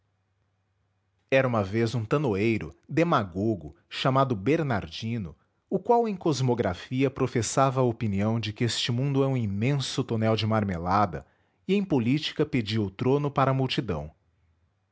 vez um tanoeiro demagogo chamado bernardino o qual em cosmografia professava a opinião de que este mundo é um imenso tonel de marmelada e em política pedia o trono para a multidão